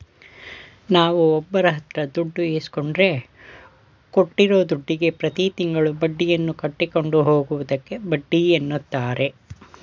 ನಾವುಒಬ್ಬರಹತ್ರದುಡ್ಡು ಇಸ್ಕೊಂಡ್ರೆ ಕೊಟ್ಟಿರೂದುಡ್ಡುಗೆ ಪ್ರತಿತಿಂಗಳು ಬಡ್ಡಿಯನ್ನುಕಟ್ಟಿಕೊಂಡು ಹೋಗುವುದಕ್ಕೆ ಬಡ್ಡಿಎನ್ನುತಾರೆ